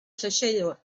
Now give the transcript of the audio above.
llysieuwr